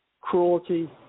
cruelty